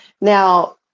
Now